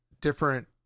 different